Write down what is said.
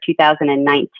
2019